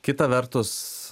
kita vertus